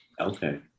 Okay